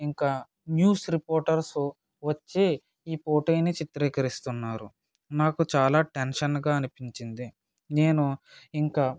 ఇంకా news reporters వచ్చి ఈ పోటీని చిత్రీకరిస్తున్నారు నాకు చాలా టెన్షన్గా అనిపించింది నేను ఇంకా